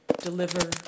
deliver